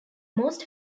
most